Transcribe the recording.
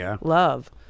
love